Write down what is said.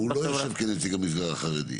והוא לא יושב כנציג המגזר החרדי.